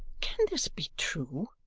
can this be true?